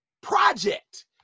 project